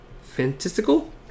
fantastical